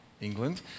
England